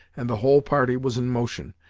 and the whole party was in motion.